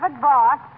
boss